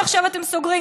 שעכשיו אתם סוגרים,